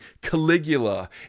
Caligula